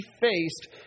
faced